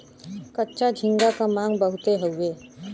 कच्चा झींगा क मांग बहुत हउवे